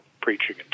preaching